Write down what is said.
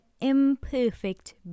imperfect